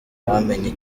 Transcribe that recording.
wamenya